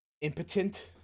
impotent